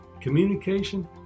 communication